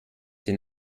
den